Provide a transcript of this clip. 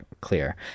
clear